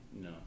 No